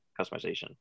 customization